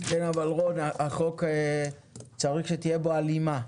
כן אבל רון החוק, צריך שתהיה בו הלימה.